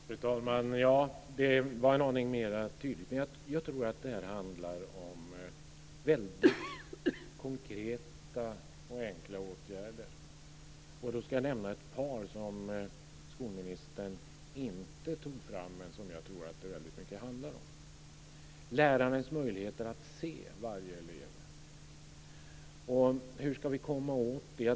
Fru talman! Ja, det var en aning mer tydligt. Men jag tror att det handlar om väldigt konkreta och enkla åtgärder. Jag ska då nämna ett par som skolministern inte tog upp men som jag tror att det handlar väldigt mycket om. Det handlar om lärarnas möjligheter att se varje elev. Hur ska vi komma åt det?